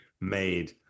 made